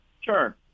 Sure